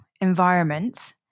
environment